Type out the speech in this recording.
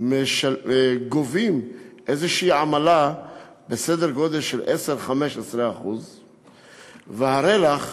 גובים עמלה כלשהי, בסדר גודל של 10% 15%. והרי לך